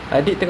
ya